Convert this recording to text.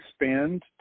expand